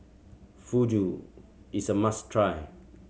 fugu is a must try